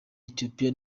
ethiopia